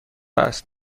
است